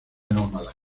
nómada